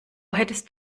hättest